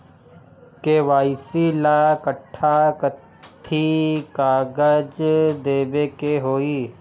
KYC ला कट्ठा कथी कागज देवे के होई?